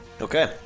Okay